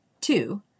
two